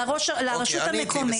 לרשות המקומית.